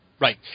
Right